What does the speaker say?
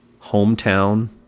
hometown